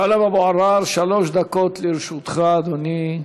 טלב אבו עראר, שלוש דקות לרשותך, אדוני.